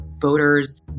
voters